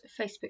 facebook